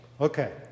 Okay